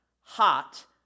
hot